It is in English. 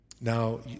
Now